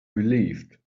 relieved